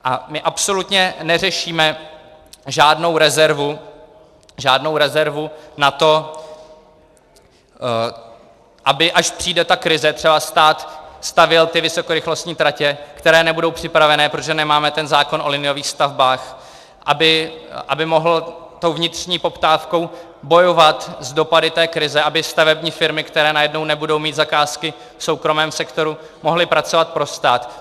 A my absolutně neřešíme žádnou rezervu na to, aby až přijde ta krize, třeba stát stavěl vysokorychlostní tratě, které nebudou připravené, protože nemáme zákon o liniových stavbách, aby mohl tou vnitřní poptávkou bojovat s dopady krize, aby stavební firmy, které najednou nebudou mít zakázky v soukromém sektoru, mohly pracovat pro stát.